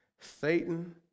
Satan